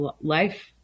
life